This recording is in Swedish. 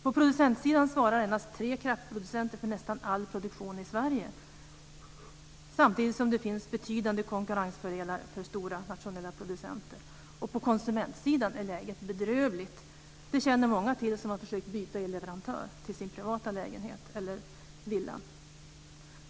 På producentsidan svarar endast tre kraftproducenter för nästan all produktion i Sverige, samtidigt som det finns betydande konkurrensfördelar för stora nationella producenter. På konsumentsidan är läget bedrövligt. Det känner många till som har försökt byta elleverantör till sin privata lägenhet eller villa.